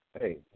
Hey